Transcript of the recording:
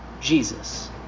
Jesus